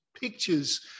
pictures